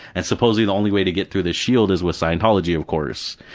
and supposedly the only way to get through this shield is with scientology of course.